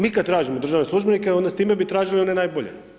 Mi kad tražimo državne službenike onda time bi tražili one najbolje.